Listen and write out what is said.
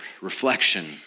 reflection